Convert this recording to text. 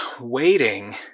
waiting